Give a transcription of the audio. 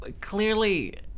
clearly